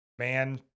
Man